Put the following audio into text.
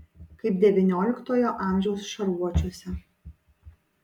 kaip devynioliktojo amžiaus šarvuočiuose